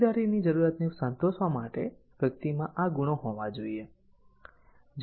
ભાગીદારીની જરૂરિયાતને સંતોષવા માટે વ્યક્તિમાં આ ગુણો હોવા જોઈએ